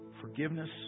forgiveness